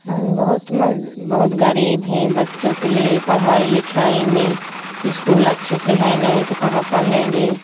हम बहुत मल बहुत ग़रीब हैं बच्चों के लिए पढ़ाई लिखाई में इस्कूल अच्छे से है नहीं तो कहाँ पढ़ेंगे